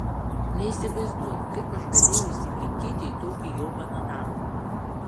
neįsivaizduoju kaip aš galėjau įsikinkyti į tokį jobaną darbą